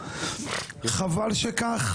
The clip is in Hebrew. חבל שכך,